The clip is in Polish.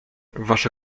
wasze